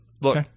Look